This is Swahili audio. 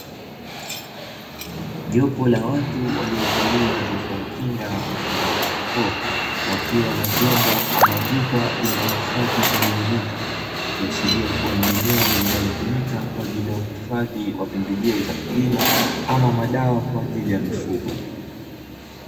Jopo la watu waliyovalia vifaa kinga mfano wa barakoa wakiwa na vyombo ama vyupa vilivyohifadhi vimiminika, ikiashira kuwa ni eneo linalotumika kwa ajili ya uhifadhi wa pembejeo za kilimo ama madawa kwa ajili ya mifugo.